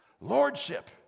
Lordship